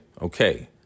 okay